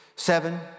seven